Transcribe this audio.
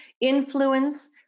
influence